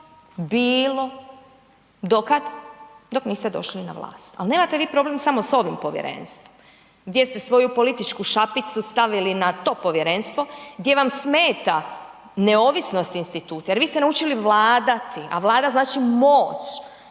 bilo, do kada? Dok niste došli na vlast. Ali nemate vi problem samo s ovim povjerenstvom gdje ste svoju političku šapicu stavili na to povjerenstvo, gdje vam smeta neovisnost institucija jer vi ste naučili vladati a Vlada znači moć.